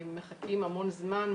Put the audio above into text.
מחכים המון זמן,